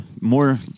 more